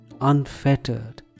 unfettered